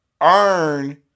earn